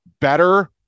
better